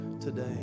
today